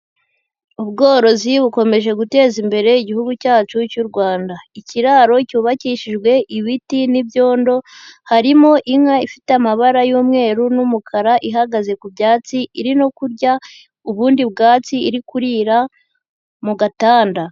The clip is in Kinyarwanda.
Ubworozi bukomeje guteza imbere Igihugu cyacu cy'u Rwanda, ikiraro cyubakishijwe ibiti n'ibyondo harimo inka ifite amabara y'umweru n'umukara ihagaze ku byatsi iri no kurya ubundi bwatsi iri kurira mu gatanda.